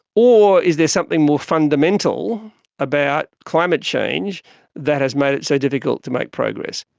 or is there something more fundamental about climate change that has made it so difficult to make progress?